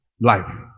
life